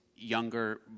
younger